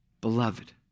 beloved